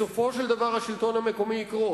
בסופו של דבר השלטון המקומי יקרוס.